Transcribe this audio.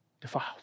defiled